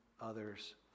others